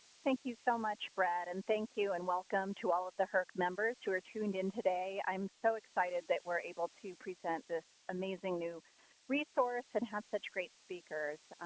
thank you so much, brad. and thank you and welcome to all of the herc members who are tuned in today. i'm so excited that we're able to present this amazing new resource and have such great speakers.